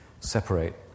separate